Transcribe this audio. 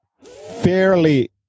fairly